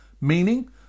meaning